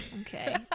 Okay